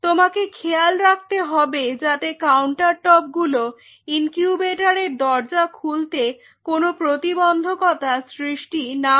তোমাকে খেয়াল রাখতে হবে যাতে কাউন্টারটপ গুলো ইনকিউবেটরের দরজা খুলতে কোন প্রতিবন্ধকতা সৃষ্টি না করে